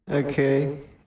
Okay